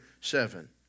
seven